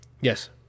Yes